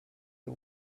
the